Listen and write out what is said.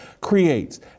creates